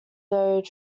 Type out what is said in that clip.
though